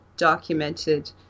documented